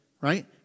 right